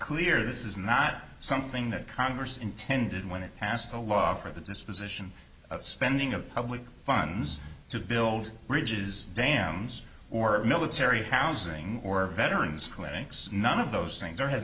clear this is not something that congress intended when it passed a law for this position of spending of public funds to build bridges dams or military housing or veterans clinics none of those things there has